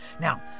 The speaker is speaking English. Now